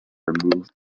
remove